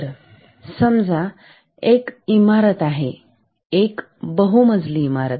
तरसमजा एक इमारत आहे एक बहुमजली इमारत